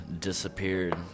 disappeared